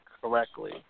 correctly